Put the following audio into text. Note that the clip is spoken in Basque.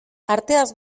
arteaz